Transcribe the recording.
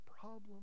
problem